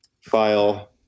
file